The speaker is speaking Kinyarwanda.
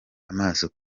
amaso